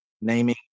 naming